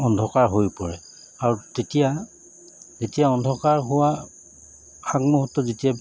অন্ধকাৰ হৈ পৰে আৰু তেতিয়া যেতিয়া অন্ধকাৰ হোৱা আগমুহূৰ্ত যেতিয়া